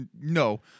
No